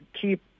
keep